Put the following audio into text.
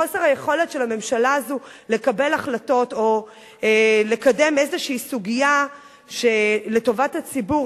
היכולת של הממשלה הזו לקבל החלטות או לקדם איזו סוגיה לטובת הציבור,